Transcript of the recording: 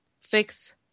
fix